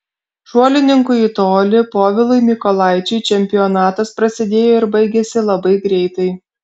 šuolininkui į tolį povilui mykolaičiui čempionatas prasidėjo ir baigėsi labai greitai